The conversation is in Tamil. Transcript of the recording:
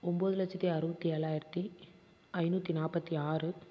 ஒம்பது லட்சத்தி அறுவத்தேழாயிரத்தி ஐந்நூற்றி நாற்பத்தி ஆறு